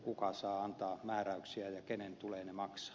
kuka saa antaa määräyksiä ja kenen tulee ne maksaa